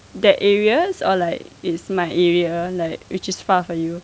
that areas or like it's my area like which is far for you